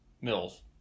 Mills